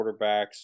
quarterbacks